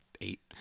eight